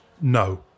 No